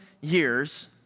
years